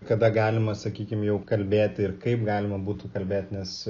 kada galima sakykim jau kalbėti ir kaip galima būtų kalbėti nes